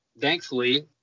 thankfully